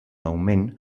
augment